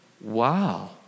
wow